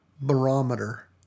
barometer